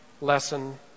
lesson